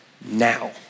now